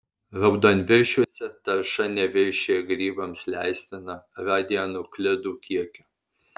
raudonviršiuose tarša neviršija grybams leistino radionuklidų kiekio